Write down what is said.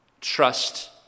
Trust